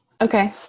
okay